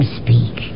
speak